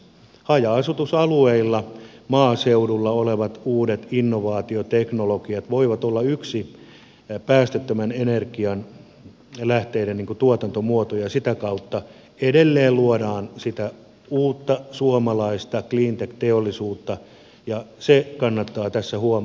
haja asutusalueilla maaseudulla olevat uudet innovaatioteknologiat voivat olla yksi päästöttömien energianlähteiden tuotantomuoto ja sitä kautta edelleen luodaan sitä uutta suomalaista cleantech teollisuutta ja se kannattaa tässä huomioida